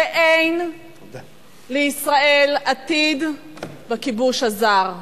שאין לישראל עתיד בכיבוש הזר.